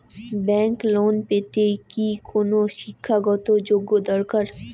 Bank loan পেতে কি কোনো শিক্ষা গত যোগ্য দরকার?